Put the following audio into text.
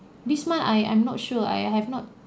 this month I I'm not sure I have not